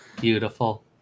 Beautiful